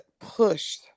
pushed